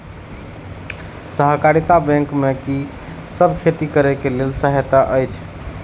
सहकारिता बैंक से कि सब खेती करे के लेल सहायता अछि?